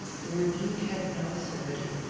the rebuke had no acerbity,